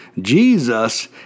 Jesus